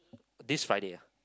this Friday ah